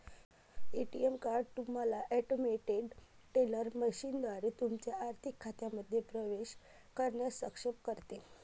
ATM card तुम्हाला automated teller मशीनद्वारे तुमच्या आर्थिक खात्यांमध्ये प्रवेश करण्यास सक्षम करते